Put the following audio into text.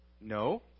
No